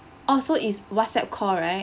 ah so it's WhatsApp call right